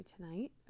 tonight